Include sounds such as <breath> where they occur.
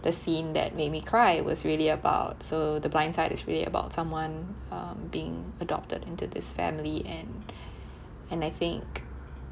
the scene that made me cry was really about so the blind side is really about someone um being adopted into this family and <breath> and I think